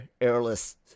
airless